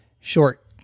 short